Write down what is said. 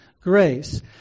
grace